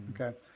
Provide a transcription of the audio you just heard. Okay